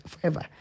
forever